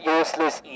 useless